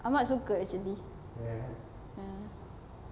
ahmad suka actually ya